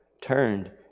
turned